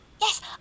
Yes